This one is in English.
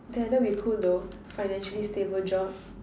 then that would be cool though financially stable job